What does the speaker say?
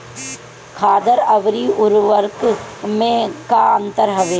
खादर अवरी उर्वरक मैं का अंतर हवे?